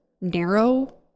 narrow